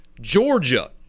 Georgia